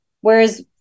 whereas